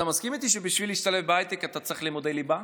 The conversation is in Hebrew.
אתה מסכים איתי שבשביל להשתלב בהייטק אתה צריך לימודי ליבה?